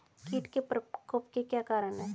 कीट के प्रकोप के क्या कारण हैं?